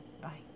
Bye